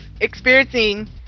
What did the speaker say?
experiencing